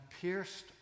pierced